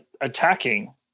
attacking